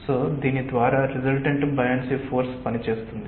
కాబట్టి దీని ద్వారా రిసల్టెంట్ బయాన్సీ ఫోర్స్ పని చేస్తుంది